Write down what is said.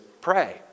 pray